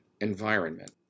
environment